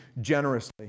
generously